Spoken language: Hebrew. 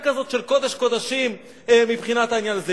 כזאת של קודש קודשים מבחינת העניין הזה.